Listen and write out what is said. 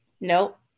nope